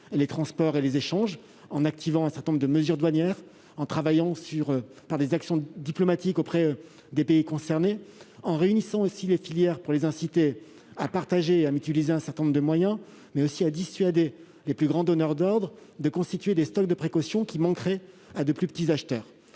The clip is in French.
les transports et les échanges en activant un certain nombre de mesures douanières ; en menant des actions diplomatiques auprès des pays concernés ; ou encore en réunissant les filières, pour les inciter à mutualiser un certain nombre de moyens et à dissuader les plus grands donneurs d'ordre de constituer des stocks de précaution qui priveraient de plus petits acheteurs.